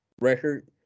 record